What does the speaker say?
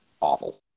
awful